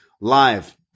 live